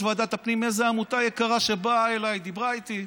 ועדת הפנים מאיזו עמותה יקרה שבאה אליי ודיברה איתי,